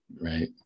right